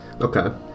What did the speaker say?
Okay